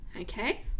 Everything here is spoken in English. Okay